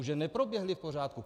Že neproběhly v pořádku.